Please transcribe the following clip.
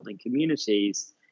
communities